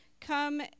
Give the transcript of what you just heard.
come